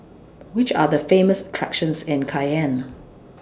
Which Are The Famous attractions in Cayenne